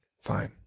fine